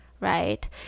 right